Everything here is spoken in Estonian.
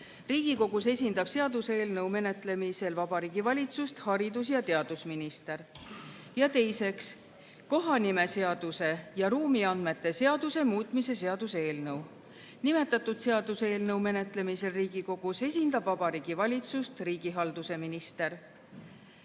Riigikogus esindab Vabariigi Valitsust haridus‑ ja teadusminister. Teiseks, kohanimeseaduse ja ruumiandmete seaduse muutmise seaduse eelnõu. Nimetatud seaduseelnõu menetlemisel Riigikogus esindab Vabariigi Valitsust riigihalduse minister.